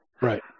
Right